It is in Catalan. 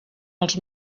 els